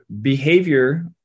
behavior